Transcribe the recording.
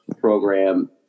program